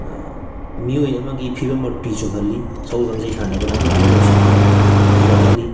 ꯃꯤꯑꯣꯏ ꯑꯃꯒꯤ ꯐꯤꯕꯝ ꯃꯨꯔꯇꯤ ꯆꯨꯝꯍꯜꯂꯤ ꯁꯒꯣꯜ ꯀꯥꯡꯖꯩ ꯁꯥꯟꯅꯕꯅ ꯄꯨꯛꯅꯤꯡ ꯂꯧꯁꯤꯡ ꯍꯦꯟꯒꯠꯍꯜꯂꯤ